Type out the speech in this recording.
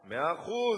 מאה אחוז,